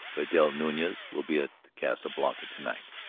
vidal nunez will be at the casa blanca to-night.